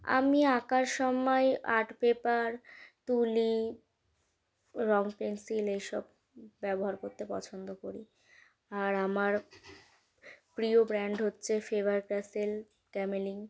আমি আঁকার সময় আর্ট পেপার তুলি রঙ পেন্সিল এই সব ব্যবহার করতে পছন্দ করি আর আমার প্রিয় ব্র্যান্ড হচ্ছে ফেবার ক্যাসেল ক্যামেল